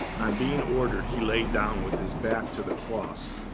um being ordered, he laid down with his back to the cross.